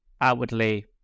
outwardly